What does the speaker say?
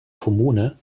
kommune